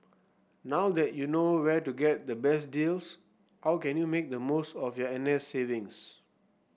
now that you know where to get the best deals how can you make the most of your N S savings